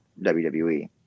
WWE